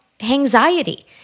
anxiety